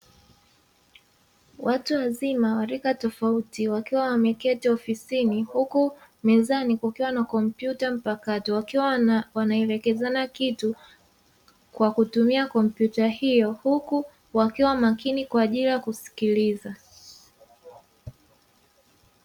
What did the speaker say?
Watu wazima wa rika tofauti wakiwa wameketi ofisini huku mezani kukiwa na kompyuta mpakato, wakiwa wanaelekezana kitu kwa kutumia kompyuta hiyo huku wakiwa makini kwa ajili ya kusikiliza.